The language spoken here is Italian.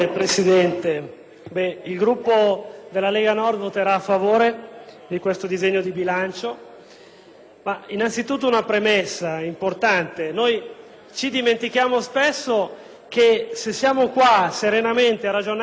vorrei fare una premessa importante. Ci dimentichiamo spesso che se siamo qui serenamente a ragionare di questa legge finanziaria è perché il Governo ed il ministro Tremonti hanno avuto l'intuizione di anticipare a luglio